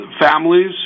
families